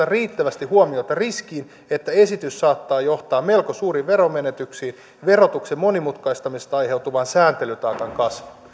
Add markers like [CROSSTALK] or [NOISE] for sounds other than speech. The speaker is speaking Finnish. [UNINTELLIGIBLE] riittävästi huomiota riskiin että esitys saattaa johtaa melko suuriin veromenetyksiin ja verotuksen monimutkaistamisesta aiheutuvaan sääntelytaakan kasvuun